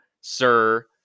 sir